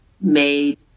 made